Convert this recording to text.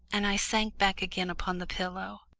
and i sank back again upon the pillow.